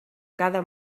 cada